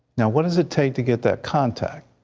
what is it take to get that contact,